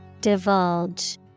Divulge